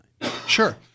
Sure